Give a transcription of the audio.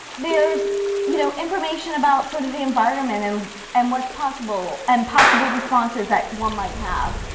there's you know information about sort of the environment um and what's possible, and possible responses that one might have.